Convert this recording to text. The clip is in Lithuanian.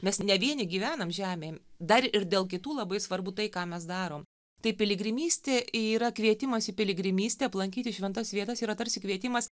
mes ne vieni gyvenam žemėj dar ir dėl kitų labai svarbu tai ką mes darom tai piligrimystė yra kvietimas į piligrimystę aplankyti šventas vietas yra tarsi kvietimas